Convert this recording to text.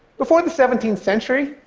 before the seventeenth century,